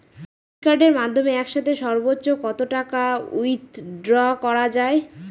Debit কার্ডের মাধ্যমে একসাথে সর্ব্বোচ্চ কত টাকা উইথড্র করা য়ায়?